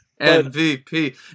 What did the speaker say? MVP